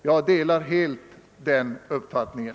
Jag delar helt den uppfattningen.